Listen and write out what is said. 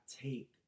take